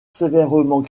sévèrement